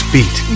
Beat